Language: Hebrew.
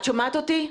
רגע,